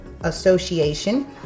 association